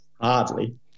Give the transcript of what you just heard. Hardly